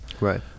Right